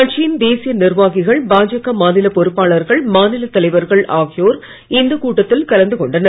கட்சியின் தேசிய நிர்வாகிகள் பாஜக மாநில பொறுப்பாளர்கள் மாநிலத் தலைவர்கள் ஆகியோர் இந்த கூட்டத்தில் கலந்து கொண்டனர்